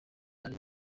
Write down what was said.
nari